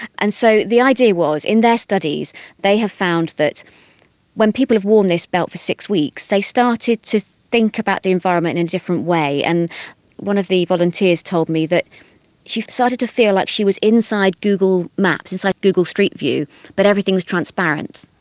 and so the idea was in their studies they have found that when people have worn this belt for six weeks they started to think about the environment in a different way. and one of the volunteers told me that she started to feel like she was inside google maps, inside google street view but everything was transparent.